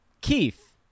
Keith